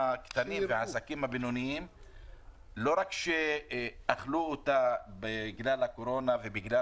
לא רק שאכלו אותה בגלל הקורונה ובגלל